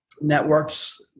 networks